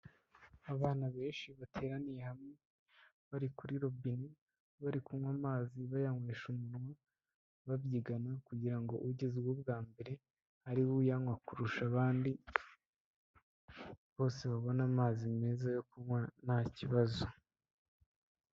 Abana benshi bateraniye hamwe, bari kuri robine bari kunywa amazi bayanywesha umunwa, babyigana kugira ngo ugezweho bwa mbere ariwe uyanywa kurusha abandi, bose babone amazi meza yo kunywa nta kibazo.